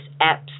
apps